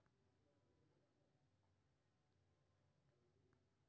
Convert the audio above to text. ई योजना पंद्रह सं पैतीस वर्ष धरिक युवा लेल शुरू कैल गेल छै